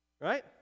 Right